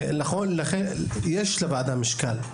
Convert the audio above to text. יש לוועדה משקל,